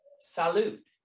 Salute